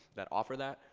that offer that.